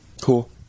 Cool